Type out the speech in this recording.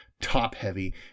top-heavy